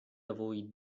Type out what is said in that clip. avui